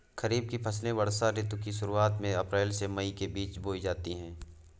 खरीफ की फसलें वर्षा ऋतु की शुरुआत में अप्रैल से मई के बीच बोई जाती हैं